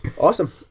awesome